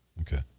Okay